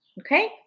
okay